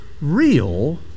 real